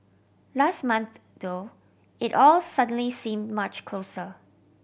last month though it all suddenly seemed much closer